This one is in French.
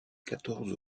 quatorze